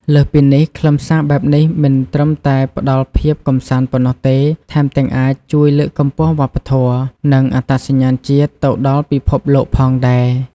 លើសពីនេះ ខ្លឹមសារបែបនេះមិនត្រឹមតែផ្តល់ភាពកម្សាន្តប៉ុណ្ណោះទេ ថែមទាំងអាចជួយលើកកម្ពស់វប្បធម៌ និងអត្តសញ្ញាណជាតិទៅដល់ពិភពលោកផងដែរ។